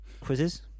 Quizzes